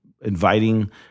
inviting